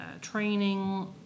training